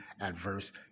adverse